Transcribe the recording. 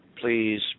please